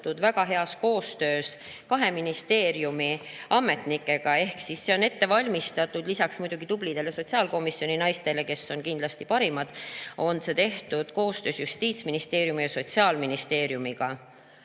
väga heas koostöös kahe ministeeriumi ametnikega, ehk lisaks muidugi tublidele sotsiaalkomisjoni naistele, kes on kindlasti parimad, on see tehtud koostöös Justiitsministeeriumi ja Sotsiaalministeeriumiga.